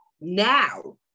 now